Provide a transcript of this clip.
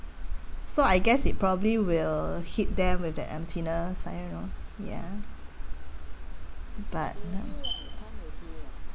so I guess it probably will hit them with the emptiness like you knowya but you know